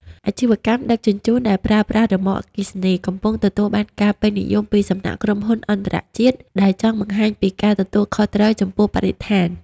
អាជីវកម្មដឹកជញ្ជូនដែលប្រើប្រាស់រ៉ឺម៉កអគ្គិសនី កំពុងទទួលបានការពេញនិយមពីសំណាក់ក្រុមហ៊ុនអន្តរជាតិដែលចង់បង្ហាញពីការទទួលខុសត្រូវចំពោះបរិស្ថាន។